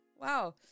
Wow